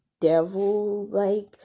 devil-like